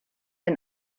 and